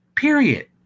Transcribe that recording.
Period